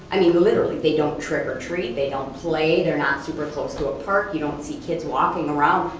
i mean literally, they don't trick or treat, they don't play, they're not super close to a park, you don't see kids walking around,